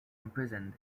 imprisoned